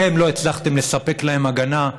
אתם לא הצלחתם לספק להם הגנה,